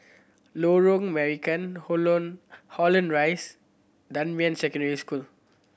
Lorong Marican Holland Rise and Dunman Secondary School